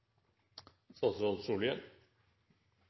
statsråd